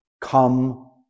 come